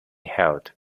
held